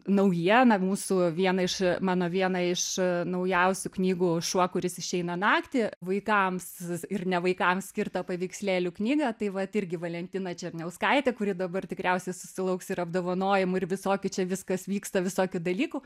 naujiena mūsų viena iš mano viena iš naujausių knygų šuo kuris išeina naktį vaikams ir ne vaikams skirtą paveikslėlių knygą tai vat irgi valentina černiauskaitė kuri dabar tikriausiai susilauks ir apdovanojimų ir visokių čia viskas vyksta visokių dalykų